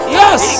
yes